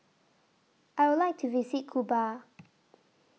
I Would like to visit Cuba